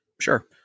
Sure